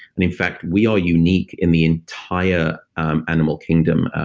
and in fact we are unique in the entire animal kingdom,